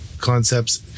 concepts